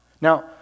Now